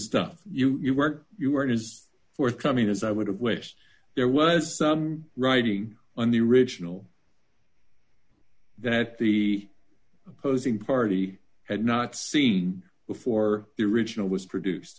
stuff you or you or it is forthcoming as i would have wished there was some writing on the original that the opposing party had not seen before the original was produced